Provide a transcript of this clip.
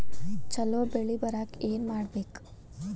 ಛಲೋ ಬೆಳಿ ಬರಾಕ ಏನ್ ಮಾಡ್ಬೇಕ್?